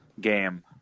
game